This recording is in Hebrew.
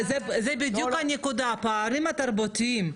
זו בדיוק הנקודה, הפערים התרבותיים.